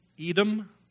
Edom